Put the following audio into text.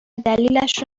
دلیلش